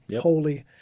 holy